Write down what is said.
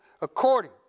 according